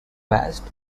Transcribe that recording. west